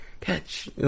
Catch